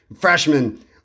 freshman